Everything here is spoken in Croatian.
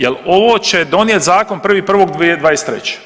Jer ovo će donijeti zakon 1.1.2023.